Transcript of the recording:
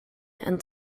and